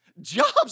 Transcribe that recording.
jobs